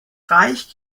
reich